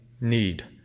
need